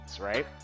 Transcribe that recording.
right